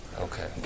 Okay